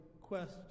quest